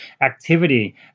activity